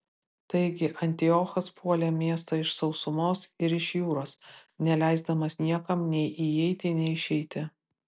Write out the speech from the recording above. taigi antiochas puolė miestą iš sausumos ir iš jūros neleisdamas niekam nei įeiti nei išeiti